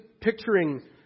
picturing